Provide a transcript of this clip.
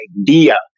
idea